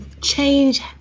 change